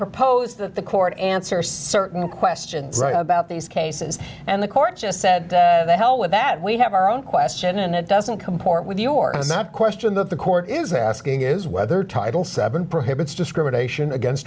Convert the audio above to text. proposed that the court answer certain questions about these cases and the court just said the hell with that we have our own question and it doesn't comport with your question that the court is asking is whether title seven prohibits discrimination against